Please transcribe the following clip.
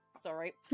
Sorry